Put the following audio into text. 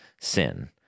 sin